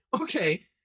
Okay